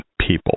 people